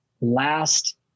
last